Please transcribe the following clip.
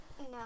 No